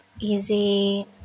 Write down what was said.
easy